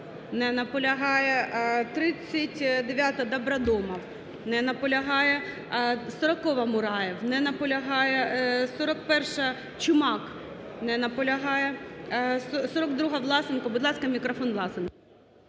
Не наполягає. 39-а, Добродомов. Не наполягає. 40-а, Мураєв. Не наполягає. 41-а, Чумак. Не наполягає. 42-а, Власенко. Будь ласка, мікрофон Власенку.